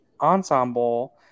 ensemble